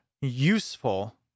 useful